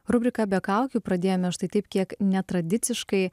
rubrika be kaukių pradėjome štai taip kiek netradiciškai